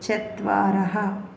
चत्वारः